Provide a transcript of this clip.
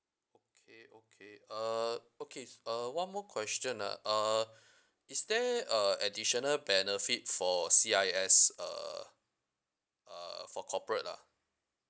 okay okay uh okay s~ uh one more question ah uh is there a additional benefit for C_I_S uh uh for corporate lah